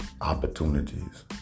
opportunities